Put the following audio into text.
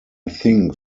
think